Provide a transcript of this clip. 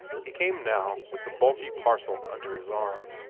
he came now with the bulky parcel under his arm,